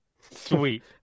Sweet